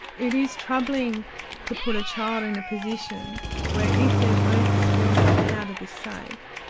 it is troubling to put a child in a position where if they've learned the skills on how to be safe,